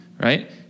right